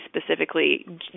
specifically